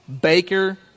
Baker